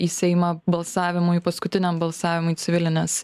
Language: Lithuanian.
į seimą balsavimui paskutiniam balsavimui civilinės